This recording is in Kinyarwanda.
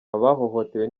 abahohotewe